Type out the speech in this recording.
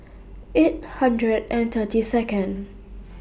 eight hundred and thirty Second